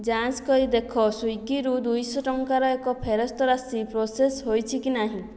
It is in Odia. ଜାଞ୍ଚ କରି ଦେଖ ସ୍ଵିଗିରୁ ଦୁଇ ଶହ ଟଙ୍କାର ଏକ ଫେରସ୍ତ ରାଶି ପ୍ରୋସେସ୍ ହୋଇଛି କି ନାହିଁ